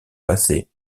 passé